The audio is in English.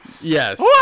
Yes